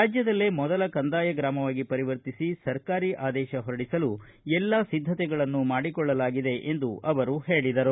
ರಾಜ್ಯದಲ್ಲೇ ಮೊದಲ ಕಂದಾಯ ಗ್ರಾಮವಾಗಿ ಪರಿವರ್ತಿಸಿ ಸರ್ಕಾರಿ ಆದೇಶ ಹೊರಡಿಸಲು ಎಲ್ಲಾ ಸಿದ್ದತೆಗಳನ್ನು ಮಾಡಿಕೊಳ್ಳಲಾಗಿದೆ ಎಂದು ಹೇಳಿದರು